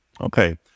Okay